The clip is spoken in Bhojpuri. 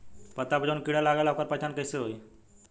पत्ता पर जौन कीड़ा लागेला ओकर पहचान कैसे होई?